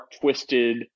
twisted